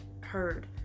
heard